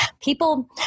people